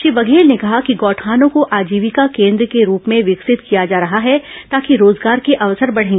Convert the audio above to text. श्री बघेल ने कहा कि गौठानों को आजीविका केन्द्र के रूप में विकसित किया जा रहा है ताकि रोजगार के अवसर बढ़े